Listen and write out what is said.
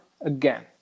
again